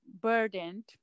burdened